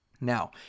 Now